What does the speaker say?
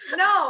no